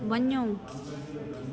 वञो